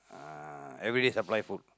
uh everyday supply food